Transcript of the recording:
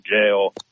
jail